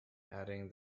adding